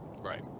Right